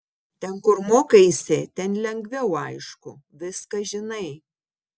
ten kur mokaisi ten lengviau aišku viską žinai